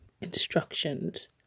instructions